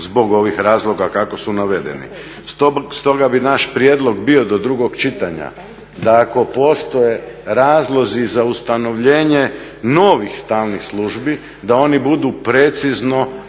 zbog ovih razloga kako su navedeni. Stoga bi naš prijedlog bio do drugog čitanja da ako postoje razlozi za ustanovljenje novih stalnih službi da oni budu precizno,